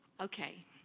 Okay